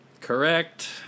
Correct